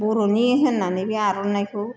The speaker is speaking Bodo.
बर'नि होन्नानै बे आर'नायखौ